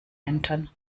entern